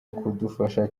kudufasha